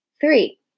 Three